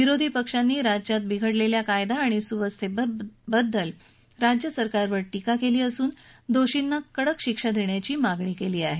विरोधी पक्षांनी राज्यात विघडलेल्या कायदा आणि सुव्यवस्थेबद्दल राज्यसरकारवर टीका केली असून दोषी व्यक्तींना कडक शिक्षा देण्याची मागणी केली आहे